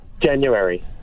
January